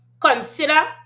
consider